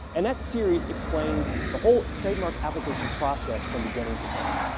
and that series explains the whole trademark application process from beginning to end.